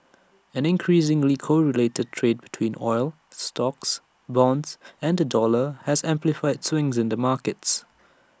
an increasingly correlated trade between oil stocks bonds and the dollar has amplified swings in the markets